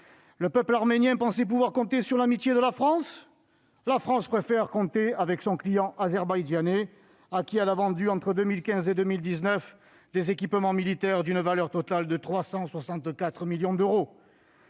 Le peuple arménien pensait pouvoir compter sur l'amitié de la France ? La France préfère compter avec son client azerbaïdjanais, à qui elle a vendu, entre 2015 et 2019, des équipements militaires d'une valeur totale de 364 millions d'euros.